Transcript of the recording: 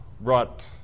brought